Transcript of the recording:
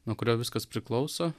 nuo kurio viskas priklauso